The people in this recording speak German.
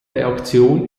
reaktion